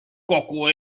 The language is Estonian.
kogu